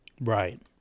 Right